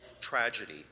tragedy